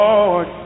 Lord